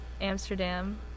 Amsterdam